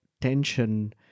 tension